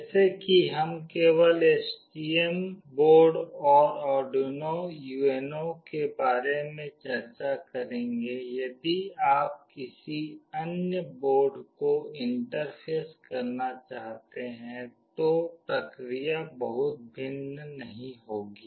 जैसे कि हम केवल STM बोर्ड और आर्डुइनो UNO के बारे में चर्चा करेंगे यदि आप किसी अन्य बोर्ड को इंटरफ़ेस करना चाहते हैं तो प्रक्रिया बहुत भिन्न नहीं होगी